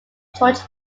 george